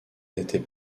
n’était